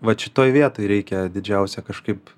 vat šitoj vietoj reikia didžiausią kažkaip